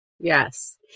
Yes